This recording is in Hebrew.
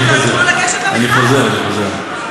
אני חוזר, אני חוזר.